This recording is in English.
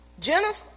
Jennifer